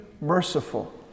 merciful